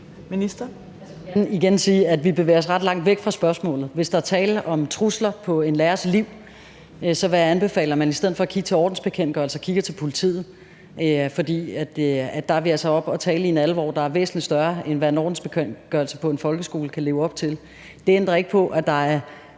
at vi bevæger os ret langt væk fra spørgsmålet. Hvis der er tale om trusler på en lærers liv, vil jeg anbefale, at man i stedet for at kigge til ordensbekendtgørelsen kigger til politiet, for der er vi altså oppe at tale i en alvor, der er væsentlig større, end en ordensbekendtgørelse på en folkeskole kan leve op til. Det ændrer ikke på, at der er